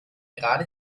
gerade